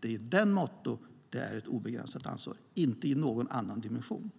Det är i så måtto det är ett obegränsat ansvar, inte i någon annan dimension.